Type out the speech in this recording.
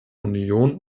union